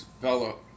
fellow